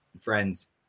friends